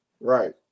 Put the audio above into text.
Right